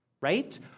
right